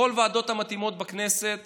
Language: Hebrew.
בכל הוועדות המתאימות בכנסת